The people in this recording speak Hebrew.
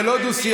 זה לא דו-שיח,